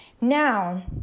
Now